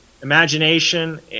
imagination